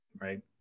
Right